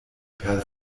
per